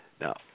Now